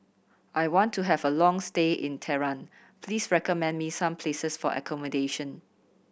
I want to have a long stay in Tehran please recommend me some places for accommodation